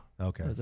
Okay